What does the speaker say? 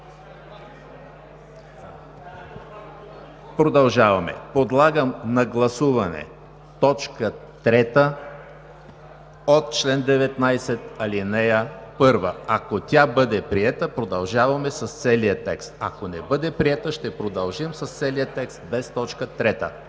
Продължаваме. Подлагам на гласуване т. 3 от чл. 19, ал. 1. Ако тя бъде приета, продължаваме с целия текст. Ако не бъде приета – ще продължим с целия текст без т. 3.